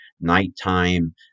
nighttime